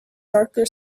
darker